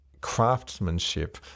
craftsmanship